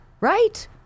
right